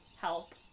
help